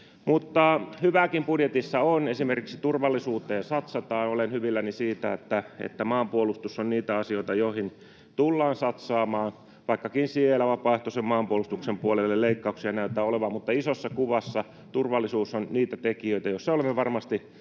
Hyvääkin budjetissa on. Esimerkiksi turvallisuuteen satsataan. Olen hyvilläni siitä, että maanpuolustus on niitä asioita, joihin tullaan satsaamaan, vaikkakin vapaaehtoisen maanpuolustuksen puolelle leikkauksia näyttää olevan, mutta isossa kuvassa turvallisuus on niitä tekijöitä, joissa olemme varmasti